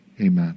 amen